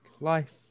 Life